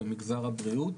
במגזר הבריאות,